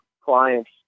clients